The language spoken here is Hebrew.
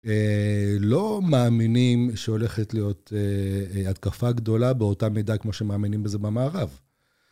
לא מאמינים שהולכת להיות התקפה גדולה באותה מידה כמו שמאמינים בזה במערב.